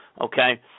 Okay